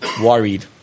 worried